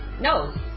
No